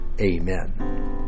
amen